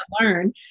learn